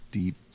deep